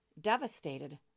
devastated